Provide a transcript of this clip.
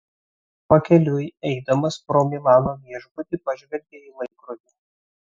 pakeliui eidamas pro milano viešbutį pažvelgė į laikrodį